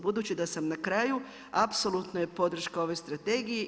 Budući da sam na kraju apsolutna je podrška ovoj strategiji.